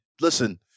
listen